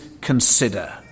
consider